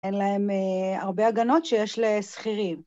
אין להם הרבה הגנות שיש לשכירים.